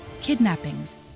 kidnappings